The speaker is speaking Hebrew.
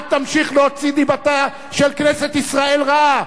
אל תמשיך להוציא דיבתה של כנסת ישראל רעה.